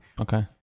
Okay